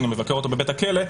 שאני מבקר אותו בבית הכלא,